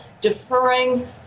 deferring